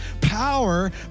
power